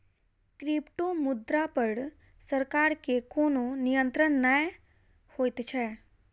क्रिप्टोमुद्रा पर सरकार के कोनो नियंत्रण नै होइत छै